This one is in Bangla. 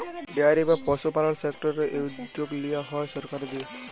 ডেয়ারি বা পশুপালল সেক্টরের এই উদ্যগ লিয়া হ্যয় সরকারের দিঁয়ে